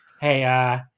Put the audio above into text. hey